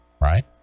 right